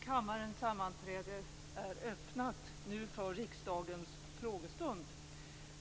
Kammarens sammanträde är nu öppnat för riksdagens frågestund.